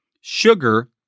Sugar